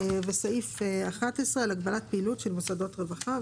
וסעיף 11 מדבר על הגבלת פעילות של מוסדות רווחה.